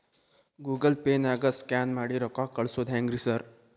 Google ಪೇನಾಗ scan ಮಾಡಿ ರೊಕ್ಕಾ ಕಳ್ಸೊದು ಹೆಂಗ್ರಿ ಸಾರ್?